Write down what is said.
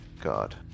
God